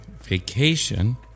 Vacation